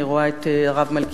אני רואה את הרב מלכיאור,